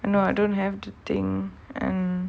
no I don't have the thing and